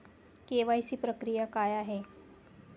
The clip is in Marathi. के.वाय.सी प्रक्रिया काय आहे?